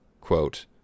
quote